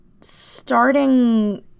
starting